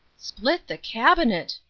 split the cabinet!